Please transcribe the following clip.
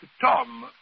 Tom